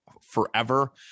forever